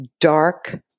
dark